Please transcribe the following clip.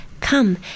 Come